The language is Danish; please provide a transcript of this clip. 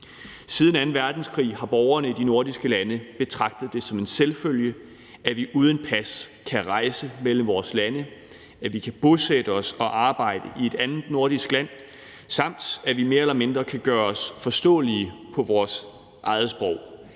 Siden anden verdenskrig har borgerne i de nordiske lande betragtet det som en selvfølge, at vi uden pas kan rejse mellem vores lande, at vi kan bosætte os og arbejde i et andet nordisk land, samt at vi mere eller mindre kan gøre os forståelige på vores eget sprog.